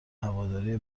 هوادارای